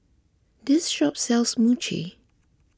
this shop sells Mochi